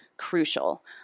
crucial